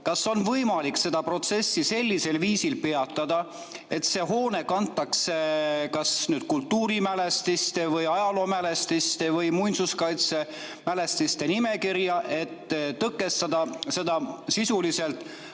kas on võimalik seda protsessi sellisel viisil peatada, et see hoone kantaks kas kultuurimälestiste, ajaloomälestiste või muinsuskaitsemälestiste nimekirja, et tõkestada sisuliselt